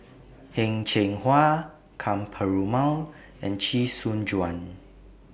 Heng Cheng Hwa Ka Perumal and Chee Soon Juan